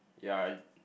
yeah